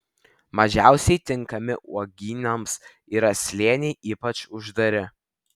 mažiausiai tinkami uogynams yra slėniai ypač uždari